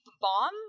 bomb